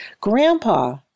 Grandpa